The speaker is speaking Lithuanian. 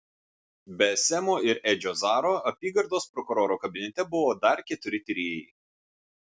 be semo ir edžio zaro apygardos prokuroro kabinete buvo dar keturi tyrėjai